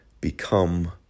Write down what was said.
become